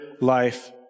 life